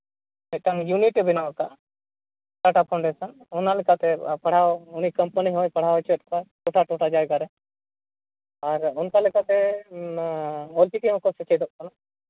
ᱢᱤᱫᱴᱟᱱ ᱤᱭᱩᱱᱤᱴᱮ ᱵᱮᱱᱟᱣ ᱠᱟᱜᱼᱟ ᱴᱟᱴᱟ ᱯᱷᱟᱣᱩᱱᱰᱮᱥᱚᱱ ᱚᱱᱟ ᱞᱮᱠᱟᱛᱮ ᱯᱟᱲᱦᱟᱣ ᱩᱱᱤ ᱠᱳᱢᱯᱟᱱᱤ ᱦᱚᱸᱭ ᱯᱟᱲᱦᱟᱣ ᱦᱚᱪᱚᱭᱮᱫ ᱠᱚᱣᱟᱭ ᱴᱚᱴᱷᱟ ᱴᱚᱴᱷᱟ ᱡᱟᱭᱜᱟ ᱨᱮ ᱟᱨ ᱚᱱᱠᱟ ᱞᱮᱠᱟᱛᱮ ᱚᱞᱪᱤᱠᱤ ᱦᱚᱸᱠᱚ ᱥᱮᱪᱮᱫᱚᱜ ᱠᱟᱱᱟ